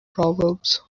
proverbs